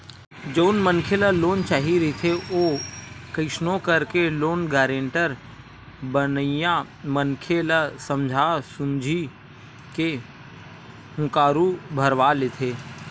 जउन मनखे ल लोन चाही रहिथे ओ कइसनो करके लोन गारेंटर बनइया मनखे ल समझा सुमझी के हुँकारू भरवा लेथे